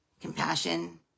compassion